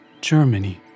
Germany